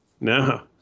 No